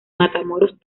matamoros